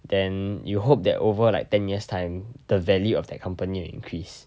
then you hope that over like ten years time the value of that company will increase